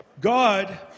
God